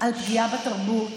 על פגיעה בתרבות